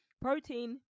protein